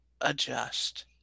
adjust